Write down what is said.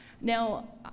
Now